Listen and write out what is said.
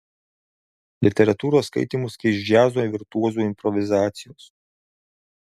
literatūros skaitymus keis džiazo virtuozų improvizacijos